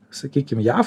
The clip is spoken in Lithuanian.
sakykim jav